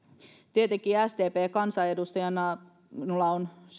tietenkin sdpn kansanedustajana minulla on